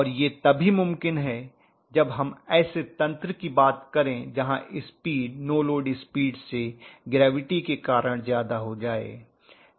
और यह तभी मुमकिन है जब हम ऐसे तंत्र की बात जहाँ स्पीड नो लोड स्पीड से ग्रैविटी के कारण ज़्यादा हो जाए